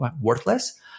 worthless